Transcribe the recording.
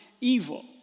evil